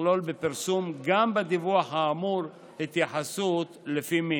יכלול בפרסום או בדיווח כאמור התייחסות לפי מין".